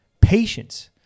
patience